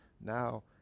now